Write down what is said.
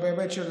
בהיבט של